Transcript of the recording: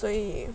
所以